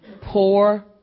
Poor